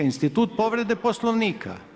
Institut povrede Poslovnika.